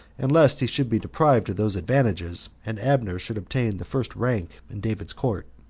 and lest he should be deprived of those advantages, and abner should obtain the first rank in david's court.